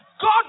God